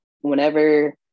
whenever